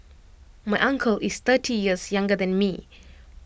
my uncle is thirty years younger than me